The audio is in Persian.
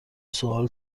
سؤال